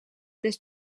dels